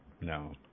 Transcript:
No